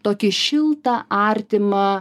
tokį šiltą artimą